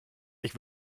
ich